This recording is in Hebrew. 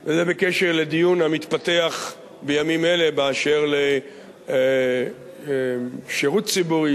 זה בקשר לדיון המתפתח בימים אלה באשר לשירות ציבורי,